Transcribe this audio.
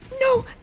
No